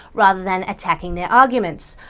rather than attacking their arguments.